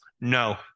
no